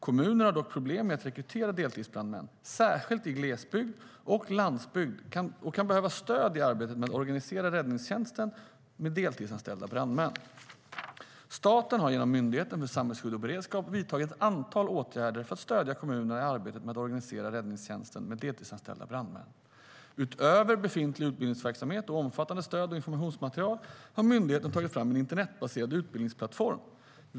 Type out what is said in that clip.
Kommunerna har dock problem med att rekrytera deltidsbrandmän, särskilt i glesbygd och landsbygd, och kan behöva stöd i arbetet med att organisera räddningstjänsten med deltidsanställda brandmän. Staten har genom Myndigheten för samhällsskydd och beredskap vidtagit ett antal åtgärder för att stödja kommunerna i arbetet med att organisera räddningstjänsten med deltidsanställda brandmän. Utöver befintlig utbildningsverksamhet och omfattande stöd och informationsmaterial har myndigheten tagit fram en internetbaserad utbildningsplattform.